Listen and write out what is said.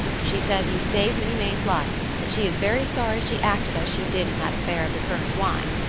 she says you saved minnie may's life, and she is very sorry she acted as she did in that affair of the currant wine.